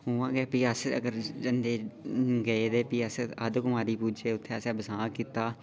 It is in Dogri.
फ्ही अस अगर जंदे फ्ही अस अद कुआरी पुज्जे फ्ही उत्थैं असैं बसां कीता